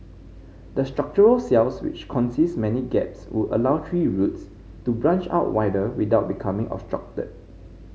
the structural cells which consist many gaps would allow tree roots to branch out wider without becoming obstructed